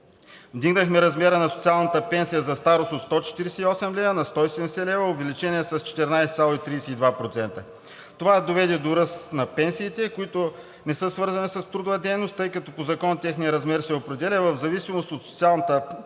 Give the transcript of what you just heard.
Вдигнахме размера на социалната пенсия за старост от 148 лв. на 170 лв. Увеличението е с 14,32%. Това доведе до ръст на пенсиите, които не са свързани с трудова дейност, тъй като по закон техният размер се определя в зависимост от социалната пенсия